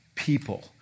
people